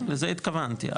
לזה התכוונתי.